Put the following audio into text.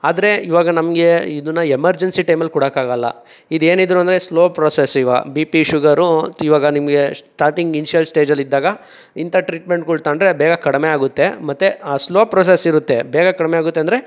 ಆದರೆ ಇವಾಗ ನಮಗೆ ಇದನ್ನ ಎಮರ್ಜೆನ್ಸಿ ಟೈಮಲ್ಲಿ ಕೊಡಕ್ಕಾಗಲ್ಲ ಇದೇನಿದ್ರು ಅಂದರೆ ಸ್ಲೋ ಪ್ರೋಸೆಸ್ ಇವಾಗ ಬಿ ಪಿ ಶುಗರು ಇವಾಗ ನಿಮಗೆ ಸ್ಟಾರ್ಟಿಂಗ್ ಇನ್ಶಿಯಲ್ ಸ್ಟೇಜಲ್ಲಿದ್ದಾಗ ಇಂಥ ಟ್ರೀಟ್ಮೆಂಟ್ಗಳ್ ತಗೊಂಡ್ರೆ ಬೇಗ ಕಡಿಮೆ ಆಗುತ್ತೆ ಮತ್ತು ಸ್ಲೋ ಪ್ರೋಸೆಸ್ಸಿರುತ್ತೆ ಬೇಗ ಕಡಿಮೆ ಆಗುತ್ತೆ ಅಂದರೆ